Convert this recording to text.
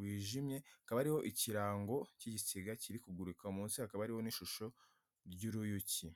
wijimye hakaba hari ikirango cy'igisiga kiri kuguruka, munsi hakaba ari n'ishusho y'uruyuki.